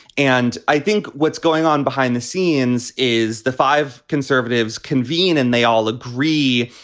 and i think what's going on behind the scenes is the five conservatives convene and they all agree.